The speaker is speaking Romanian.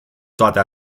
toate